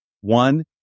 One